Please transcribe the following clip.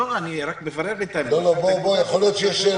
נתחיל עם משרד